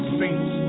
saints